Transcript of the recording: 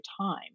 time